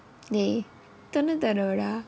dey தொன்னூற்றி அறுபதா:thonutri arupathaa